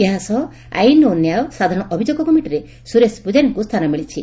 ଏହା ସହ ଆଇନ୍ ଓ ନ୍ୟାୟ ସାଧାରଣ ଅଭିଯୋଗ କମିଟିରେ ସୁରେଶ ପୂଜାରୀଙ୍କୁ ସ୍ଥାନ ମିଳିଛି